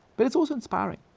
but it's also inspiring.